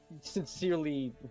sincerely